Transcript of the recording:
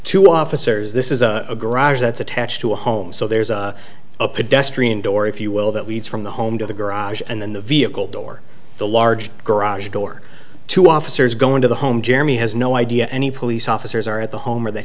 to officers this is a garage that's attached to a home so there's a pedestrian door if you will that weeds from the home to the garage and then the vehicle door the large garage door to officers go into the home jeremy has no idea any police officers are at the home or that